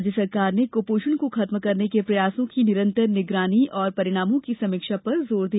राज्य सरकार ने कुपोषण को खत्म करने के प्रयासों की निरन्तर निगरानी और परिणामों की समीक्षा पर जोर दिया